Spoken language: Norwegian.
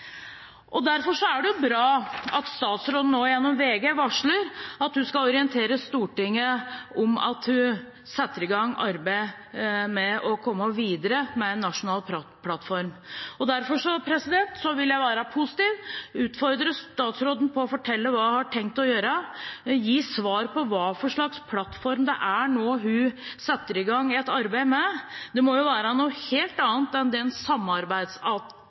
Derfor er det bra at statsråden nå gjennom VG varsler at hun skal orientere Stortinget om at hun setter i gang arbeid med å komme videre med en nasjonal plattform. Derfor vil jeg være positiv og utfordre statsråden på å fortelle hva hun har tenkt å gjøre, og gi svar på hva slags plattform det nå er hun setter i gang et arbeid med. Det må jo være noe helt annet enn